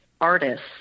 artists